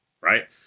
right